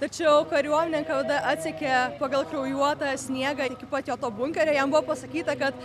tačiau kariuomenę nkvd atsekė pagal kraujuotą sniegą iki pat jau to bunkerio jam buvo pasakyta kad